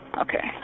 Okay